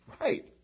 right